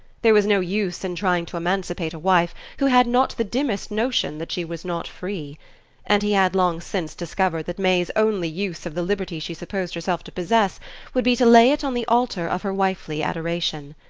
there was no use in trying to emancipate a wife who had not the dimmest notion that she was not free and he had long since discovered that may's only use of the liberty she supposed herself to possess would be to lay it on the altar of her wifely adoration.